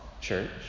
church